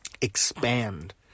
Expand